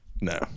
No